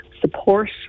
support